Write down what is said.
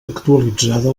actualitzada